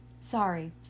Sorry